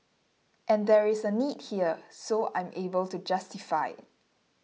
and there is a need here so I'm able to justify it